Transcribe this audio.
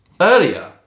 earlier